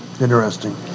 interesting